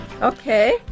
okay